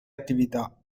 attività